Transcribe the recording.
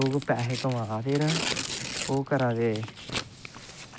लोग पैसे कमा दे न ओह् करा'रदे